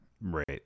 Right